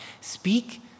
speak